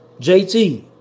JT